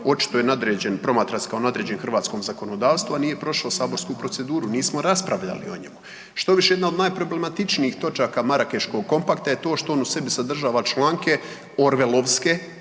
očito je nadređen, promatra se kao nadređen hrvatskom zakonodavstvu, a nije prošao saborsku proceduru, nismo raspravljali o njemu. Štoviše, jedna od najproblematičnijih točaka Marakeškog kompakta je to što on u sebi sadržava članke orleovske,